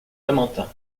lamentin